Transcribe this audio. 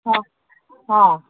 ହଁ ହଁ